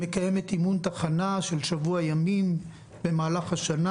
מקיימת אימון תחנה של שבוע ימים במהלך השנה,